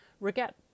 Regret